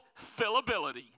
fillability